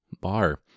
bar